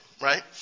right